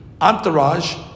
entourage